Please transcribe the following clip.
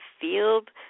field